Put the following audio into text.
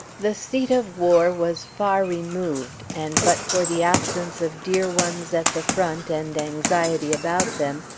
the seat of war was far removed, and but for the absence of dear ones at the front and anxiety about them,